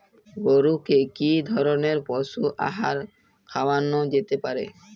গরু কে কি ধরনের পশু আহার খাওয়ানো যেতে পারে?